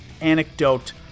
anecdote